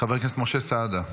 חבר הכנסת משה סעדה.